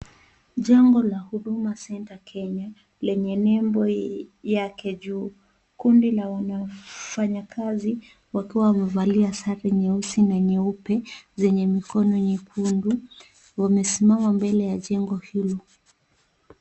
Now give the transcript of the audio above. Jengo la Huduma Centre Kenya lenye nembo yake juu. Kundi la wafanyakazi wakiwa wamevalia sare nyeusi na nyeupe zenye mikono nyekundu wamesimama mbele ya jengo hilo.